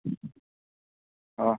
অহ